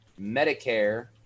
Medicare